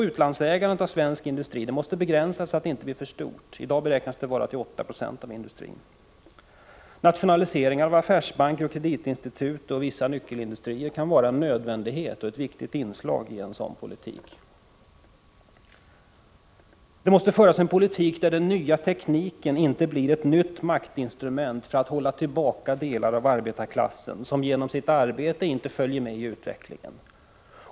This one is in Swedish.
Utlandsägandet av svensk industri måste begränsas — i dag beräknas det uppgå till 8 96. Nationaliseringar av affärsbanker, kreditinstitut och vissa nyckelindustrier är också ett nödvändigt inslag i en sådan politik. Det måste föras en politik där den nya tekniken inte blir ett nytt maktinstrument för att hålla tillbaka delar av arbetarklassen, som till följd av sitt arbete inte följer med i utvecklingen.